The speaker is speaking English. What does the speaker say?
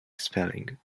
spelling